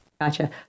Gotcha